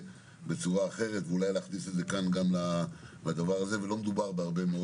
בצורה אחרת ואולי להכניס את זה לכאן ולא מדובר בהרבה מאוד